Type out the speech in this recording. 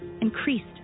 increased